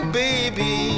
baby